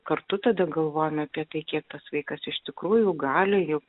kartu tada galvojome apie tai kiek tas vaikas iš tikrųjų gali juk